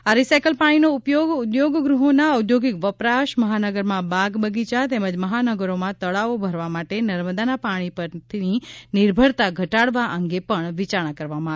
આ રિસાયકલ પાણીનો ઉપયોગ ઉદ્યોગગ્રહોના ઔદ્યોગિક વપરાશ મહાનગરમાં બાગ બગીચા તેમજ મહાનગરોમાં તળાવો ભરવા માટે નર્મદાના પાણી પરની નિર્ભરતા ઘટાડવા અંગે પણ વિચારણા કરવામાં આવી હતી